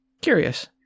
Curious